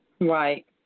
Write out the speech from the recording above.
Right